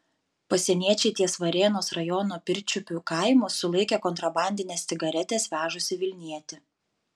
pasieniečiai ties varėnos rajono pirčiupių kaimu sulaikė kontrabandines cigaretes vežusį vilnietį